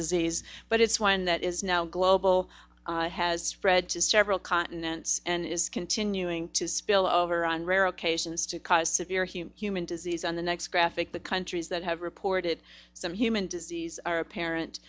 disease but it's one that is now global has spread to several continents and is continuing to spill over on rare occasions to cause severe human human disease on the next graphic the countries that have reported some human disease are apparent